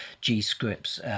G-scripts